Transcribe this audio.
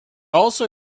also